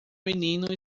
menino